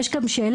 יש גם שאלה,